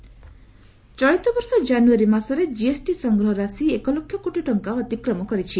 GST collection ଚଳିତବର୍ଷ କ୍କାନୁୟାରୀ ମାସରେ ଜିଏସଟି ସଂଗ୍ରହ ରାଶି ଏକ ଲକ୍ଷ କୋଟି ଟଙ୍କା ଅତିକ୍ରମ କରିଛି